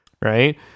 right